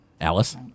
Alice